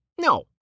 No